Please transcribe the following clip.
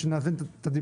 זאת כדי לאזן את הדיבור.